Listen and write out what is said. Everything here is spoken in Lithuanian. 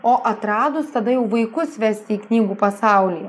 o atradus tada jau vaikus vesti į knygų pasaulį